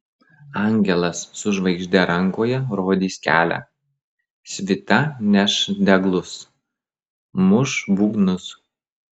angelas su žvaigžde rankoje rodys kelią svita neš deglus muš būgnus